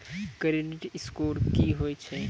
Credit score की होय छै?